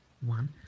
One